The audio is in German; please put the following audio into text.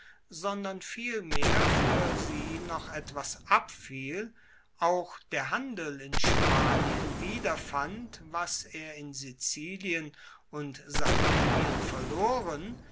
sondern vielmehr fuer sie noch etwas abfiel auch der handel in spanien wiederfand was er in sizilien und sardinien verloren